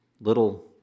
little